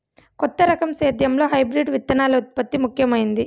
కొత్త రకం సేద్యంలో హైబ్రిడ్ విత్తనాల ఉత్పత్తి ముఖమైంది